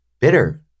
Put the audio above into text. bitter